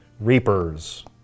reapers